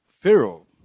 Pharaoh